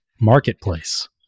marketplace